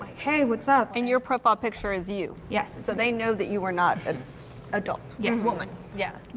hey what's up? and your profile picture is you. yes. so they know that you are not ah adult yeah woman. yeah.